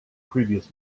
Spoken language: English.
previous